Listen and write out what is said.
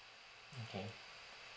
okay